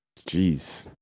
jeez